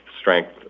Strength